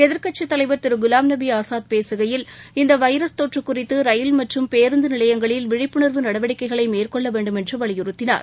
எதிர்க்கட்சித் தலைவர் திரு குலாம்நபி ஆஸாத் பேசுகையில் இந்த வைரஸ் தொற்று குறித்து ரயில் மற்றம் பேருந்து நிலையங்ளில் விழிப்புணர்வு நடவடிக்கைகளை மேற்கொள்ள வேண்டுமென்று வலியுறுத்தினார்